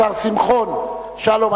שלום,